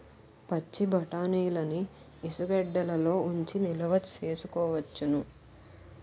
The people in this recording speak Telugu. పచ్చిబఠాణీలని ఇసుగెడ్డలలో ఉంచి నిలవ సేసుకోవచ్చును